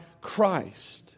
Christ